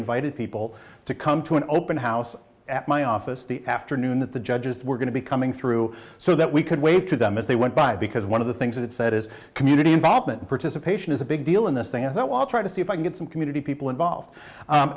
invited people to come to an open house at my office the afternoon that the judges were going to be coming through so that we could wave to them as they went by because one of the things that it said is community involvement participation is a big deal in this thing i thought well try to see if i can get some community people involved